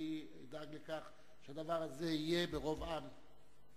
אני אדאג לכך שהדבר הזה יהיה ברוב עם.